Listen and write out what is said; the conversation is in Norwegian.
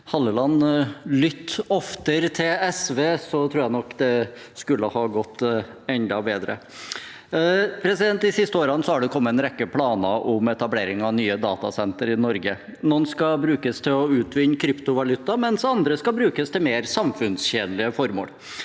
Halleland – lytte oftere til SV! Da tror jeg nok det skulle ha gått enda bedre. De siste årene har det kommet en rekke planer om etablering av nye datasentre i Norge. Noen skal brukes til å utvinne kryptovaluta, mens andre skal brukes til mer samfunnstjenlige formål.